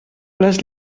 les